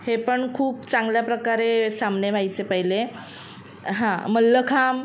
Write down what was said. हे पण खूप चांगल्या प्रकारे सामने व्हायचे पहिले हां मल्लखांब